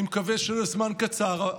אני מקווה שלזמן קצר,